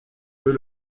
eux